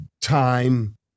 time